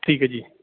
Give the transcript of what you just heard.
ਠੀਕ ਹੈ ਜੀ